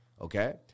Okay